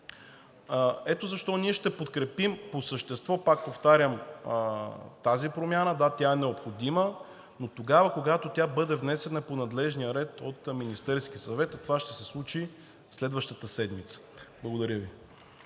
Ето защо ние ще подкрепим по същество, пак повтарям, тази промяна, да, тя е необходима, но тогава, когато тя бъде внесена по надлежния ред от Министерския съвет, и това ще се случи следващата седмица. Благодаря Ви.